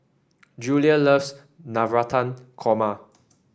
Julia loves Navratan Korma